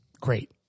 Great